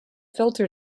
filter